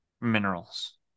minerals